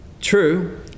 True